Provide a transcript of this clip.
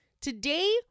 Today